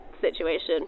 situation